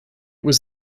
was